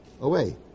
away